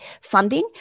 funding